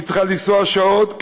היא צריכה לנסוע שעות,